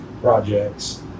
projects